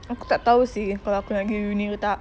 aku tak tahu seh kalau aku nak gi uni ke tak